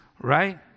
right